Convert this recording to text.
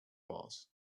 was